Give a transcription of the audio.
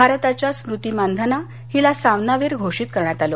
भारताच्या स्मुती मानधना हिला सामनावीर घोषित करण्यात आलं